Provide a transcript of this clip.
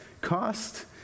cost